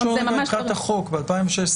אני רק שואל מבחינת החוק ב-2016,